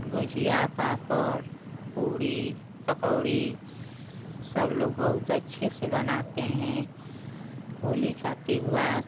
गुजिया पापड़ पूड़ी पकौड़ी सब लोग बहुत अच्छे से बनाते हैं होली का त्योहार